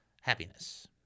happiness